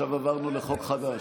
עכשיו עברנו לחוק חדש.